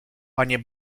panie